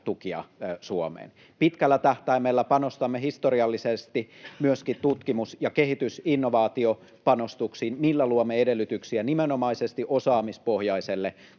Suomeen. Pitkällä tähtäimellä panostamme historiallisesti myöskin tutkimus-, kehitys-, innovaatiopanostuksiin, millä luomme edellytyksiä nimenomaisesti osaamispohjaiselle